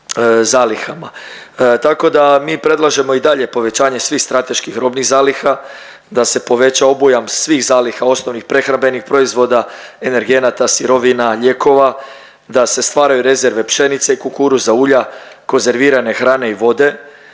Tako da mi predlažemo i dalje povećanje svih strateških robnih zaliha, da se poveća obujam svih zaliha osnovnih prehrambenih proizvoda, energenata, sirovina, ljekova, da se stvaraju rezerve pšenice, kukuruza, ulja, konzervirane hrane i vode,